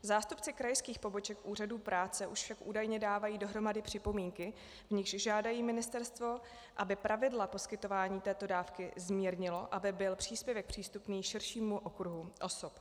Zástupci krajských poboček úřadů práce už však údajně dávají dohromady připomínky, v nichž žádají ministerstvo, aby pravidla poskytování této dávky zmírnilo, aby byl příspěvek přístupný širšímu okruhu osob.